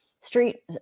street